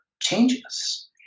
changes